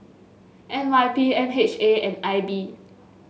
N Y P M H A and I B